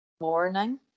morning